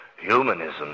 Humanism